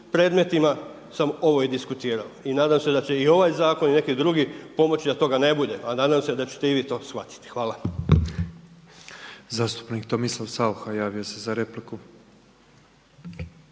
predmetima sam ovo i diskutirao. I nadam se da će i ovaj zakon i neki drugi pomoći da toga ne bude a nadam se da ćete i vi to shvatiti. Hvala. **Petrov, Božo (MOST)** Zastupnik Tomislav Saucha javio se za repliku.